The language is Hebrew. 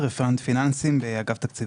שלום, אני רפרנט פיננסים, אגף תקציבים.